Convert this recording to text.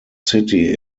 city